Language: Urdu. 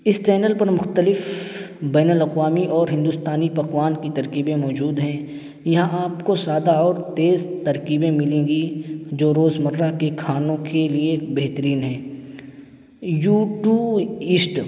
اس چینل پر مختلف بین الاقوامی اور ہندوستانی پکوان کی ترکیبیں موجود ہیں یہاں آپ کو سادہ اور تیز ترکیبیں ملیں گی جو روز مرہ کے کھانوں کے لیے بہترین ہیں یو ٹو اسٹ